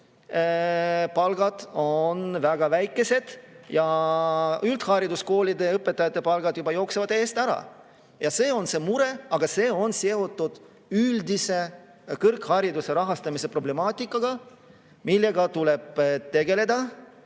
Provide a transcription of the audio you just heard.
palgad on väga väikesed ja üldhariduskoolide õpetajate palgad juba jooksevad eest ära. See on see mure, aga see on seotud üldise kõrghariduse rahastamise problemaatikaga, millega tuleb tegeleda.